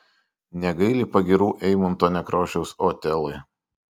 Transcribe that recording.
negaili pagyrų eimunto nekrošiaus otelui